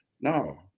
No